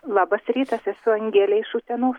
labas rytas esu angelė iš utenos